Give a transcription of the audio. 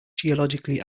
geologically